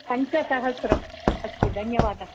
पञ्चसहस्रम् अस्तु धन्यवादः